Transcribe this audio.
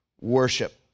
worship